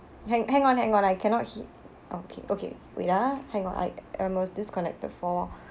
hang hang on hang on I cannot hea~ okay okay wait ah hang on I I must disconnect for a while